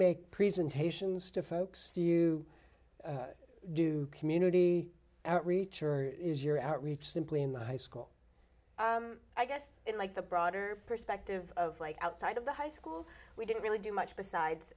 make presentations to folks do you do community outreach or is your outreach simply in the high school i guess in like the broader perspective of like outside of the high school we didn't really do much besides